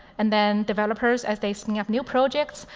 and then developers, as they spin up new projects,